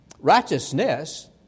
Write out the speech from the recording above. Righteousness